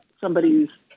somebody's